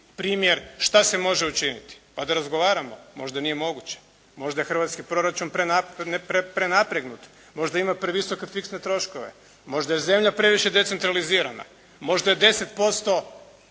primjer, što se može učiniti, pa da razgovaramo, možda nije moguće. Možda je hrvatski proračun prenapregnut, možda ima previsoke fiksne troškove, možda je zemlja previše decentralizirana, možda je 10%